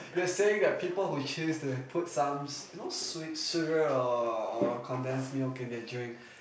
you're saying that people who choose to have put some you know sweet sugar or or condense milk in their drink